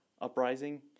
uprising